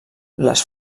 les